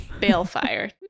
balefire